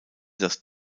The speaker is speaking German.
das